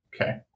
Okay